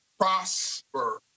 prosper